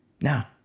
Now